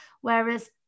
whereas